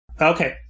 Okay